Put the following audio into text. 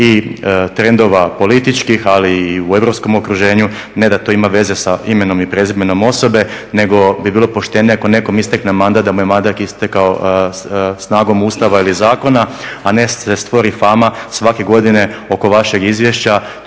i trendova političkih, ali i u europskom okruženju, ne da to ima veze sa imenom i prezimenom osobe nego bi bilo poštenije ako nekom istekne mandat da mu je mandat istekao snagom Ustava ili zakona, a ne da se stvori fama svake godine oko vašeg izvješća